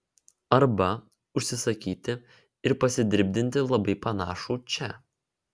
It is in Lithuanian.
arba užsisakyti ir pasidirbdinti labai panašų čia